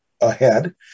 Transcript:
ahead